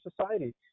society